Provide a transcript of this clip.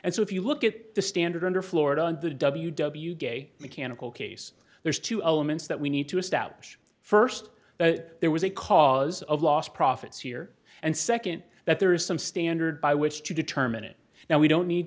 and so if you look at the standard under florida on the w w mechanical case there's two elements that we need to establish first that there was a cause of lost profits here and second that there is some standard by which to determine it now we don't need